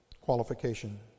qualification